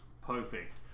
Perfect